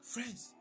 friends